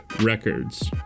Records